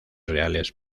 reales